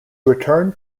returned